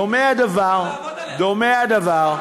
דומה הדבר,